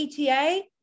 ETA